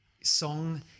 song